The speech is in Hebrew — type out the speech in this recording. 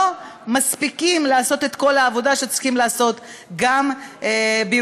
מספיק כדי לעשות את כל העבודה שצריכים לעשות גם בירושלים,